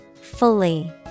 Fully